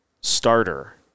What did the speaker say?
starter